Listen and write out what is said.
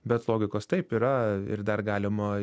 bet logikos taip yra ir dar galima